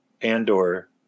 Andor